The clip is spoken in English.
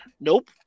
Nope